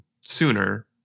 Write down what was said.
sooner